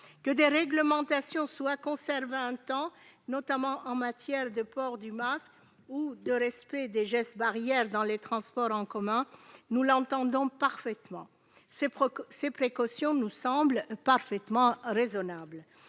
Que des réglementations soient conservées un temps, notamment en matière de port du masque ou de respect des gestes barrières dans les transports en commun, nous l'entendons parfaitement. Ces précautions nous semblent tout à fait raisonnables.